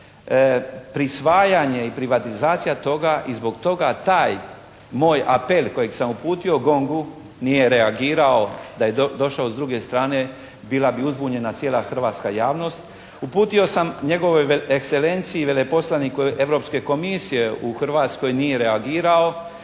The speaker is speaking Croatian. prisvajanje i privatizacija toga i zbog toga taj moj apel kojeg sam uputio GONG-u nije reagirao. Da je došlo do druge strane bila bi uzbunjena cijela hrvatska javnost. Uputio sam njegovoj ekselenciji, veleposlaniku Europske Komisije u Hrvatskoj, nije reagirao.